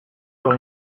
par